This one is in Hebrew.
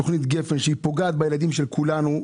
תוכנית גפן שפוגעת בילדים של כולנו,